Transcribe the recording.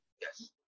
Yes